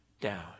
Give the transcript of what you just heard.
Down